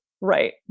Right